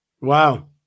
Wow